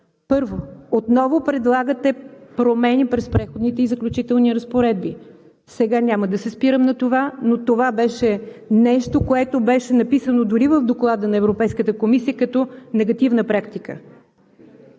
Първо, отново предлагате промени през Преходните и заключителните разпоредби. Сега няма да се спирам на това, но то беше нещо, което е написано дори в Доклада на Европейската комисия като негативна практика.